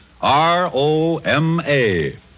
R-O-M-A